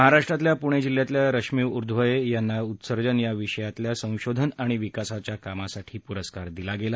महाराष्ट्रातल्या पुणे जिल्ह्यातल्या रश्मी ऊर्ध्वदेशे यांना उत्सर्जन या विषयात संशोधन आणि विकास कामासाठी पुरस्कार दिला गेला